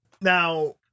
now